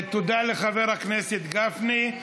תודה לחבר הכנסת גפני.